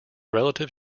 relative